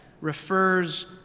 refers